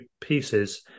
pieces